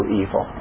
evil